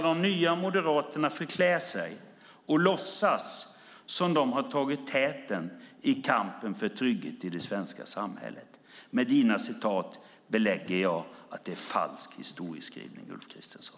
De nya moderaterna förklär sig och låtsas att de har tagit täten i kampen för trygghet i det svenska samhället. Med dina citat belägger jag att det är falsk historieskrivning, Ulf Kristersson.